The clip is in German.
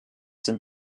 sind